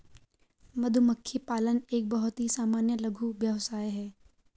मधुमक्खी पालन एक बहुत ही सामान्य लघु व्यवसाय है